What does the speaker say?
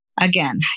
Again